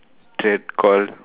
that call